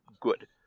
good